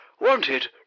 wanted